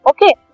Okay